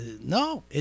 No